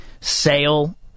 sale